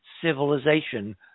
civilization